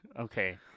Okay